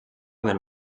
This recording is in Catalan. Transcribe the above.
del